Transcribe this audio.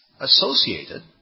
associated